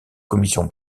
commission